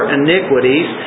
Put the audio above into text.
iniquities